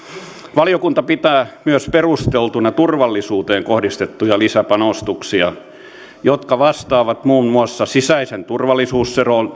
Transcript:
valiokunta pitää myös perusteltuna turvallisuuteen kohdistettuja lisäpanostuksia jotka vastaavat muun muassa sisäisen turvallisuusselonteon